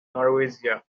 norwegia